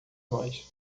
nós